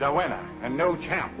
that went and no chance